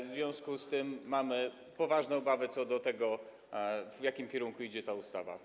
W związku z tym mamy poważne obawy co do tego, w jakim kierunku idzie ta ustawa.